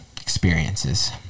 experiences